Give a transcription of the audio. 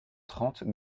trente